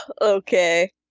Okay